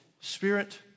spirit